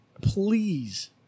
Please